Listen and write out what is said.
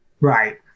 Right